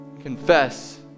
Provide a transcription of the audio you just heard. Confess